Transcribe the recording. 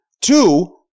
Two